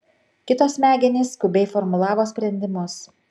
kito smegenys skubiai formulavo sprendimus